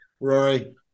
Rory